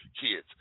kids